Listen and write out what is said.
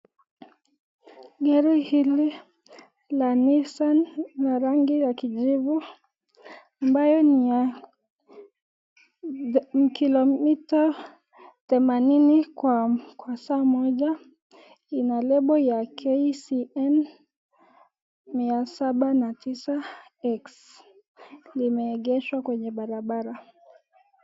Gari hili la Nisaan na ya rangi ya kijivu ambayo ni mita kilomita themanini kwa saa moja ina lebo ya KCN 709X limeegeshwa kwenye barabara.